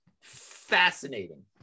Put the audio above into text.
Fascinating